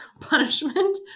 punishment